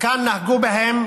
כאן נהגו בהם